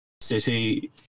city